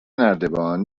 نردبان